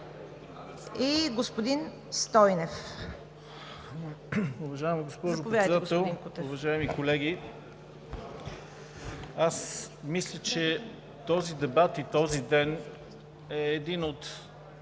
и господин Стойнев.